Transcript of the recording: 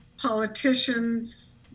Politicians